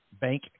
bank